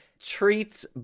treats